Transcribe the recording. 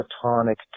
platonic